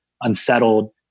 unsettled